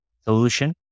solution